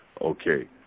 okay